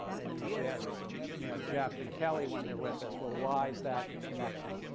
and you should ask you know jeff and kelly when they're with us, well, why is that connection?